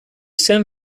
san